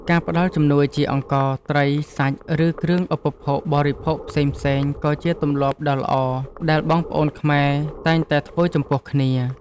ការផ្តល់ជំនួយជាអង្ករ ត្រី សាច់ ឬគ្រឿងឧបភោគបរិភោគផ្សេងៗ ក៏ជាទម្លាប់ដ៏ល្អដែលបងប្អូនខ្មែរតែងតែធ្វើចំពោះគ្នា។